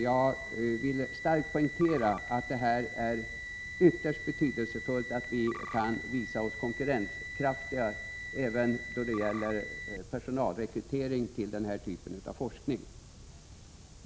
Jag vill starkt poängtera att det är ytterst betydelsefullt att vi visar oss konkurrenskraftiga även då det gäller rekrytering av personal till den här typen av forskning.